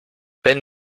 wenn